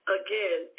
again